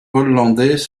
hollandais